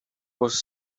was